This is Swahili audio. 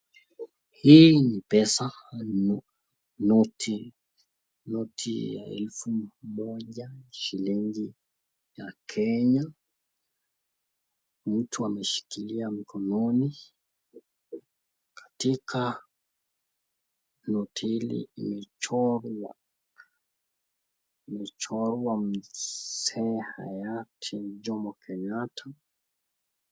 Hii ni pesa noti ya elfu moja shilingi ya Kenya, mtu ameshikilia mkononi katika noti hili imechorwa , imechorwa mzee hayati Jomo Kenyatta.